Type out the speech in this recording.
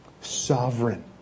Sovereign